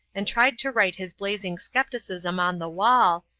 and tried to write his blazing scepticism on the wall,